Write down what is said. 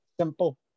Simple